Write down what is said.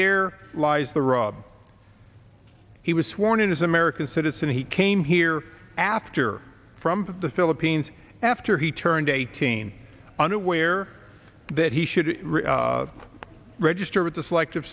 there lies the rub he was sworn in as american citizen he came here after from the philippines after he turned eighteen unaware that he should register with the selective